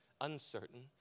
uncertain